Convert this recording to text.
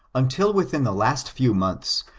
until within the last few months,